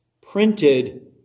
printed